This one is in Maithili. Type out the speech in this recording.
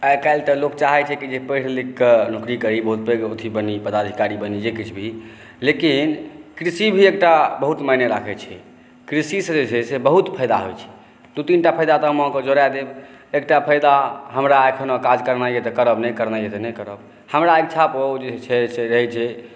आइ काल्हि तऽ लोक चाहै छै जे कि पढि लिखकऽ नौकरी करी बहुत पैघ अथी बनी पदाधिकारी बनी जे किछु भी लेकिन कृषि भी एकटा बहुत मानि राखै छै कृषिसँ जे छै बहुत फ़ायदा होइ छै दू तीन टा फ़ायदा तऽ हम अहाँके जोड़ा देब एकटा फ़ायदा हमरा एहिखिना काज करनाए अइ तऽ करब नहि करना अइ तऽ नहि करब हमरा इच्छापर छै से रहै छै